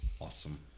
Awesome